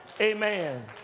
Amen